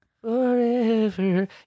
Forever